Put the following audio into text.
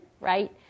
Right